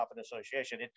association